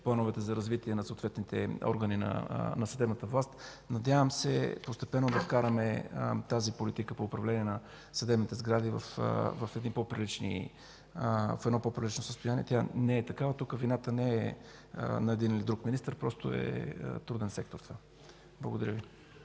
плановете за развитие на съответните органи на съдебната власт. Надявам се постепенно чрез политиката по управление да вкараме съдебните сгради в по-прилично състояние. Тя в момента не е такава, но вината не е на един или друг министър, просто е труден секторът. Благодаря Ви.